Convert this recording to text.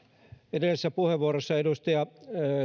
edellisessä puheenvuorossa edustaja